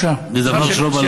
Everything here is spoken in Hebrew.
זה דבר שלא בא לעולם.